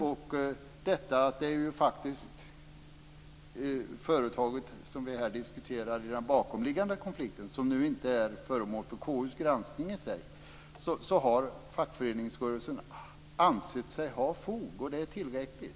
I fråga om det företag som vi diskuterar i den bakomliggande konflikten, som nu inte är föremål för KU:s granskning i sig, har fackföreningsrörelsen ansett sig ha fog. Det är tillräckligt.